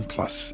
Plus